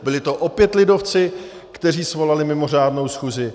Byli to opět lidovci, kteří svolali mimořádnou schůzi.